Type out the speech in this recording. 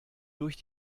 durch